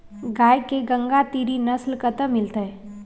गाय के गंगातीरी नस्ल कतय मिलतै?